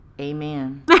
Amen